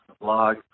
blog